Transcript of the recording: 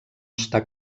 està